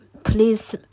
Please